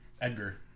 Edgar